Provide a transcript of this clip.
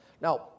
Now